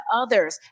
others